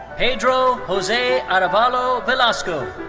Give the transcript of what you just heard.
pedro jose arevalo velasco.